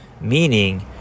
meaning